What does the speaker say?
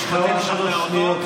נשארו עוד שלוש שניות.